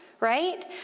right